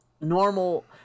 normal